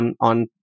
on